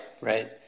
right